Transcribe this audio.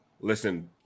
listen